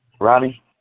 Ronnie